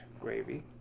gravy